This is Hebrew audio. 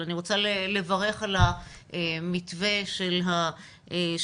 אני רוצה לברך על המתווה של התרבות.